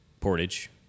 Portage